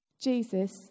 Jesus